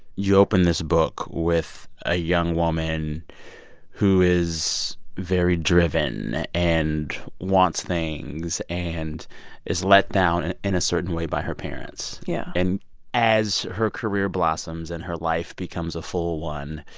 you open this book with a young woman who is very driven and wants things and is let down in a certain way by her parents. yeah and as her career blossoms and her life becomes a full one,